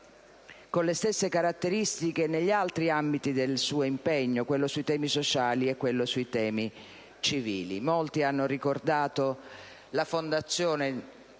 con le stesse caratteristiche negli altri ambiti del suo impegno: quello sui temi sociali e sui temi civili. Molti hanno ricordato la Fondazione